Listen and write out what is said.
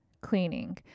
cleaning